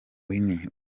winfrey